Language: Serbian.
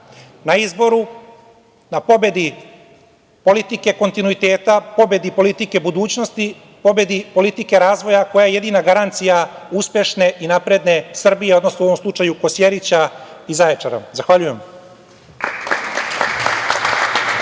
na izboru, na pobedi politike kontinuiteta, pobedi politike budućnosti, pobedi politike razvoja koja je jedina garancija uspešne i napredne Srbije, odnosno u ovom slučaju Kosjerića i Zaječara. Zahvaljujem.